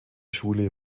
schule